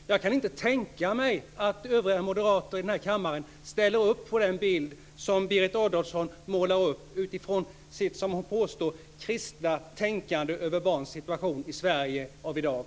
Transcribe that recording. Jag kan inte tänka mig att övriga moderater i denna kammare ställer upp på den bild som Berit Adolfsson målar upp utifrån sitt, som hon påstår, kristna tänkande över barnens situation i Sverige av i dag.